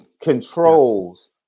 controls